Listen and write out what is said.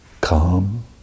calm